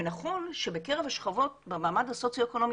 ונכון שבקרב השכבות במעמד הסוציו-אקונומי